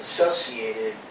Associated